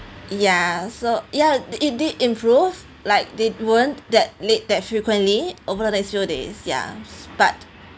ya so ya it did improve like they weren't that late that frequently over the next few days ya but